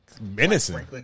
menacing